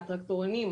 הטרקטורונים,